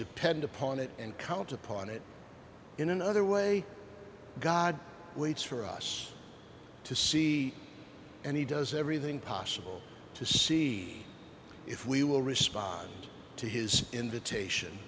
depend upon it and count upon it in another way god waits for us to see and he does everything possible to see if we will respond to his invitation